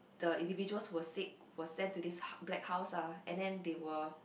the individuals were sick were sent to this black house ah and then they were